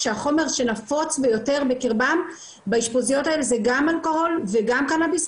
כשהחומר שנפוץ ביותר זה גם אלכוהול וגם קנביס,